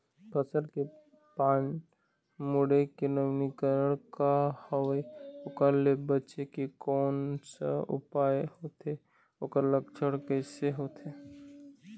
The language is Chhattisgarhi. फसल के पान मुड़े के नवीनीकरण का हवे ओकर ले बचे के कोन सा उपाय होथे ओकर लक्षण कैसे होथे?